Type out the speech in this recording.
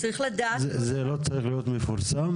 צריך לדעת -- זה לא צריך להיות מפורסם?